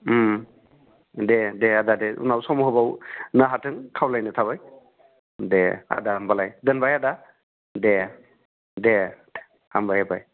दे दे दे आदा दे उनाव सम होबावनो हाथों खावलायनाय थाबाय दे आदा होनबालाय दोनबाय आदा दे दे हामबाय हामबाय